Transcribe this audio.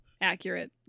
Accurate